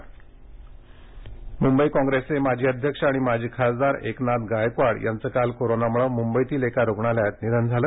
निधन मुंबई काँग्रेसचे माजी अध्यक्ष आणि माजी खासदार एकनाथ गायकवाड यांचं काल कोरोनामुळं मुंबईतील एका रुग्णालयात निधन झालं